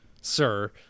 sir